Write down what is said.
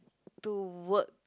to work